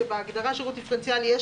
שבהגדרה שירות דיפרנציאלי,